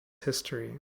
history